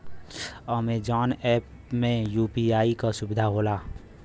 Amazon app में UPI क सुविधा होला